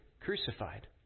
crucified